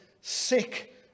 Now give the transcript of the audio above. sick